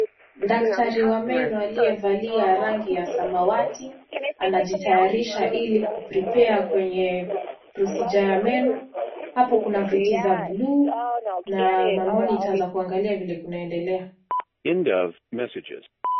Daktari wa meno aliyevalia rangi ya samawati, amnajitayarisha ili kuprepare kwenye procedure ya meno. Hapo kuna viti za buluu na minitor za kuangalia vile kunaendelea.